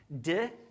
de